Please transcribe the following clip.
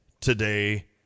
today